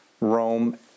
Rome